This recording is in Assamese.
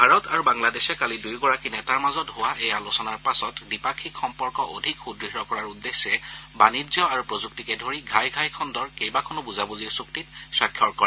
ভাৰত আৰু বাংলাদেশে কালি দুয়োগৰাকী নেতাৰ মাজত হোৱা এই আলোচনাৰ পাছত দ্বিপাক্ষিক সম্পৰ্ক অধিক সুদৃঢ় কৰাৰ উদ্দেশ্যে বাণিজ্য আৰু প্ৰযুক্তিকে ধৰি ঘাই ঘাই খণ্ডৰ কেইবাখনো বুজাবুজিৰ চুক্তিত স্বাক্ষৰ কৰে